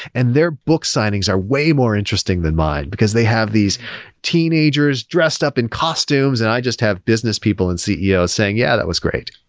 and their book signings are way more interesting than mine, because they have these teenagers dressed up in costumes and i just have business people and ceos saying, yeah, that was great.